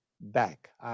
back